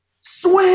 swim